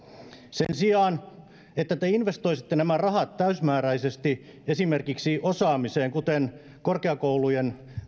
sen sijaan että te investoisitte nämä rahat täysimääräisesti esimerkiksi osaamiseen kuten korkeakoulujen